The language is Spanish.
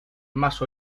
más